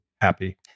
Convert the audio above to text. happy